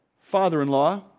father-in-law